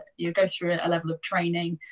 you'll go through a level of training